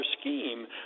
scheme